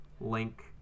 Link